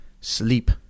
sleep